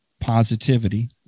positivity